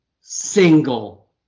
single